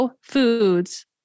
Foods